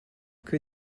que